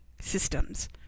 systems